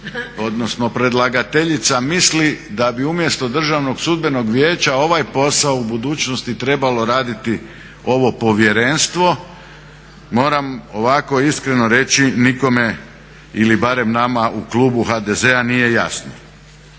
odnosno predlagateljica mislim da bi mjesto Državnog sudbenog vijeća ovaj posao u budućnosti trebalo raditi ovo povjerenstvo, moram ovako iskreno reći nikome, ili barem nama u klubu HDZ-a nije jasno.